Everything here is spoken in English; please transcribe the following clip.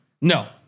No